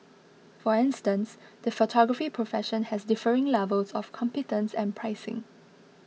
for instance the photography profession has differing levels of competence and pricing